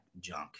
junk